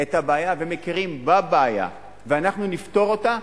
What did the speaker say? את הבעיה, ומכירים בבעיה, ואנחנו נפתור אותה,